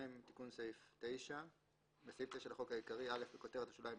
2. תיקון סעיף 9. בסעיף 9 לחוק העיקרי (א) בכותרת השוליים,